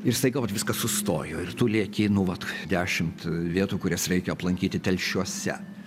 ir staiga vat viskas sustojo ir tu lieki nu vat dešimt vietų kurias reikia aplankyti telšiuose